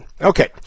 Okay